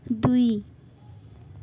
दुई